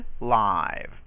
live